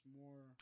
more